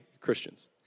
Christians